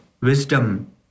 wisdom